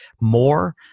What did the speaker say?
more